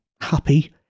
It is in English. happy